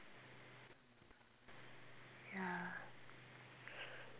yeah